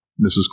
Mrs